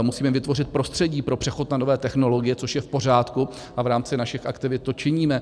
Musíme jim vytvořit prostředí pro přechod na nové technologie, což je v pořádku, a v rámci našich aktivit to činíme.